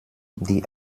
die